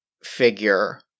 figure